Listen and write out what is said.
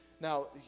Now